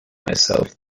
myself